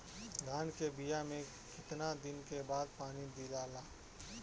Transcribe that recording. धान के बिया मे कितना दिन के बाद पानी दियाला?